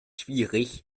schwierig